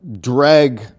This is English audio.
drag